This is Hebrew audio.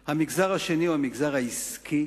הוא הממשלה, המגזר השני הוא המגזר העסקי,